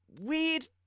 weird